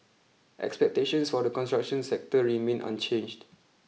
expectations for the construction sector remain unchanged